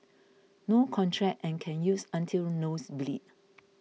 no contract and can use until nose bleed